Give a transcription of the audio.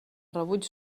rebuig